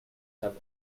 have